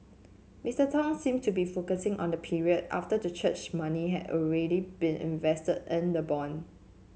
Mister Tong seem to be focusing on the period after the church money had already been invested in the bond